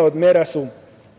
od mera su